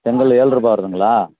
செங்கல் ஏழ்ரூபா வருதுங்களா